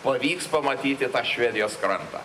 pavyks pamatyti tą švedijos krantą